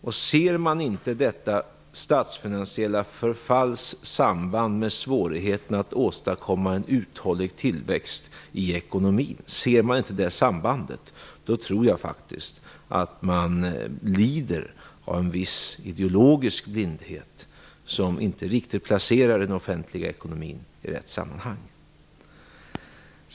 Om man inte ser detta statsfinansiella förfalls samband med svårigheterna att åstadkomma en uthållig tillväxt i ekonomin, tror jag att man lider av en viss ideologisk blindhet, som gör att man inte riktigt placerar den offentliga ekonomin i rätt sammanhang.